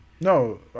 No